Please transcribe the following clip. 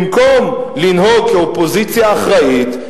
במקום לנהוג כאופוזיציה אחראית,